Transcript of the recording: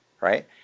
right